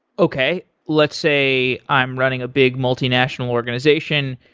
okay. let's say i'm running a big multi-national organization,